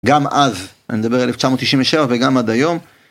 גם אז, אני מדבר על 1997 וגם עד היום